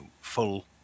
full